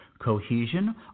Cohesion